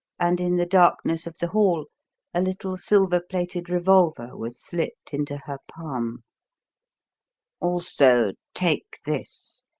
and in the darkness of the hall a little silver-plated revolver was slipped into her palm also, take this.